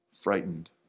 frightened